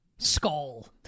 Skull